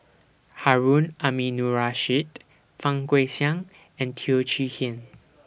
Harun Aminurrashid Fang Guixiang and Teo Chee Hean